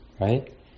Right